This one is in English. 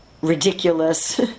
ridiculous